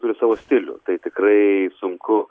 turi savo stilių tai tikrai sunku